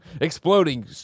exploding